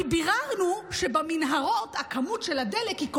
כי ביררנו שבמנהרות הכמות של הדלק כל